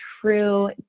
true